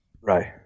Right